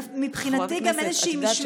מבחינתי גם איזושהי משמרת מחאה,